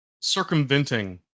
circumventing